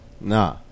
nah